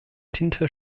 tinte